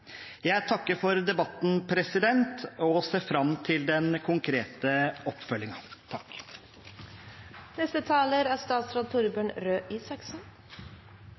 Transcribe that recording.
Jeg takker for debatten og ser fram til den konkrete oppfølgingen. Jeg vil også si tusen takk for debatten. Jeg er